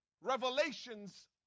revelations